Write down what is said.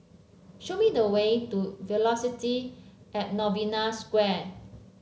show me the way to Velocity At Novena Square